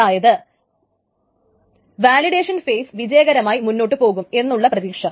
അതായത് validation phase വിജയകരമായി മുന്നോട്ടു പോകും എന്നുള്ള പ്രതീക്ഷ